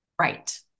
Right